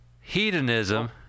Hedonism